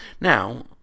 Now